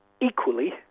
Equally